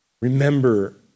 remember